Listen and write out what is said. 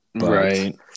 Right